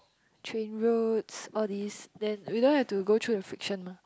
train routes all these then we don't have to go through the friction mah